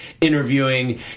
interviewing